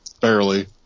Barely